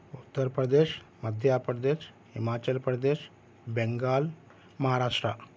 Uttar Pradesh Madhya Pradesh Himachal Pradesh Bengal Maharashtra